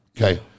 okay